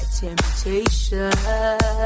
Temptation